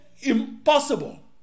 impossible